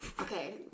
Okay